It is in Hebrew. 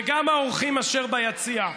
וגם האורחים אשר ביציע,